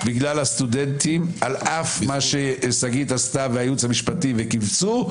על אף הסטודנטים ועל אף מה ששגית והייעוץ המשפטי עשו שכיווצו,